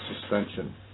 suspension